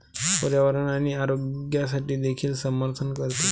पर्यावरण आणि आरोग्यासाठी देखील समर्थन करते